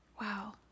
Wow